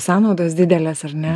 sąnaudos didelės ar ne